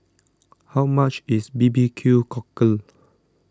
how much is B B Q Cockle